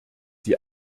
die